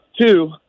Two